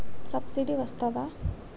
Subsidy వస్తదా?